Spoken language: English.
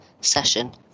session